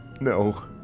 No